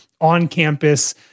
on-campus